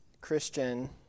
Christian